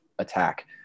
Attack